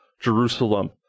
Jerusalem